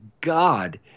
God